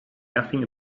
nothing